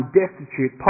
destitute